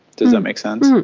does that make sense?